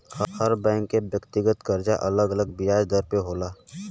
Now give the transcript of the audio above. हर bank के व्यक्तिगत करजा अलग अलग बियाज दर पे होला